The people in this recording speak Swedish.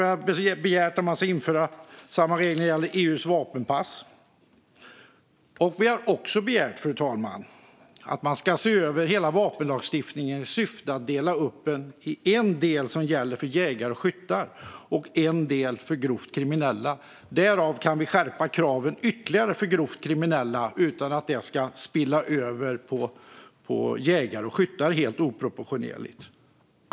Vi har begärt att man ska införa samma regler när det gäller EU:s vapenpass. Vi också begärt att man ska se över hela vapenlagstiftningen i syfte att dela upp den i en del som gäller för jägare och skyttar och en del för grovt kriminella. Därigenom kan vi skärpa kraven ytterligare för grovt kriminella utan att det helt oproportionerligt spiller över på jägare och skyttar.